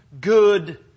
good